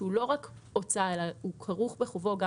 שהוא לא רק הוצאה אלא כרוך בחובו גם